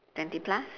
twenty plus